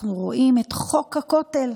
אנחנו רואים את חוק הכותל,